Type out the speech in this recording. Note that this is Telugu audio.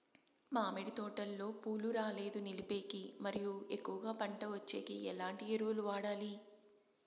మామిడి తోటలో పూలు రాలేదు నిలిపేకి మరియు ఎక్కువగా పంట వచ్చేకి ఎట్లాంటి ఎరువులు వాడాలి?